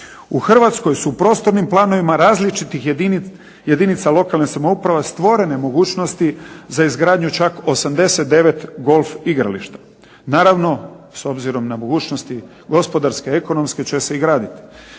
U Hrvatskoj su u prostornim planovima različitih jedinica lokalne samouprave stvorene mogućnosti za izgradnju čak 89 golf igrališta. Naravno, s obzirom na mogućnosti gospodarske, ekonomske će se i graditi.